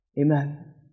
Amen